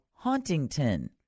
Hauntington